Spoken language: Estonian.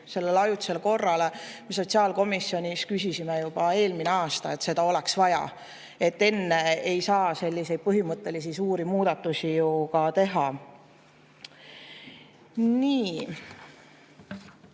selle ajutise korra kohta me sotsiaalkomisjonis küsisime juba eelmine aasta. Seda oleks vaja. Enne ei saa selliseid põhimõttelisi suuri muudatusi ju ka teha. Nii.